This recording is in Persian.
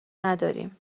نداریم